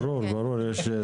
ברור, יש.